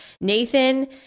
Nathan